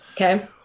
Okay